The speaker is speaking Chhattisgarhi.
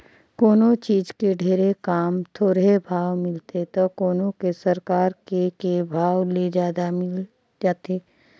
कोनों चीज के ढेरे काम, थोरहें भाव मिलथे त कोनो के सरकार के के भाव ले जादा मिल जाथे